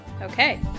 Okay